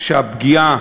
שהפגיעה